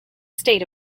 state